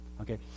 okay